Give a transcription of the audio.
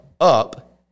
up